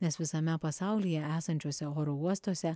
nes visame pasaulyje esančiuose oro uostuose